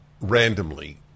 randomly